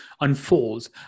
unfolds